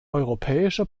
europäische